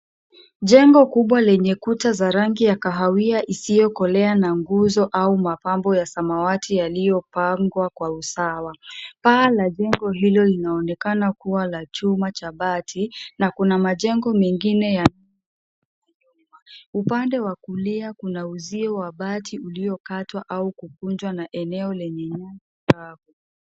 Jengo kubwa lenye kuta za rangi ya kahawia isiyokolea na nguzo au mapambo ya samawati yaliyopangwa kwa usawa. Paa la jengo hilo linaonekana kuwa la chuma cha bati na kuna majengo mengine yanayoonekana nyuma. Upande wa kulia kuna uzio wa bati uliokatwa au kukunjwa na eneo lenye nyasi kavu.